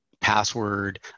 password